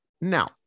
Now